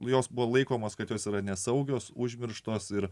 jos buvo laikomos kad jos yra nesaugios užmirštos ir